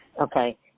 Okay